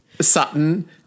Sutton